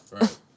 Right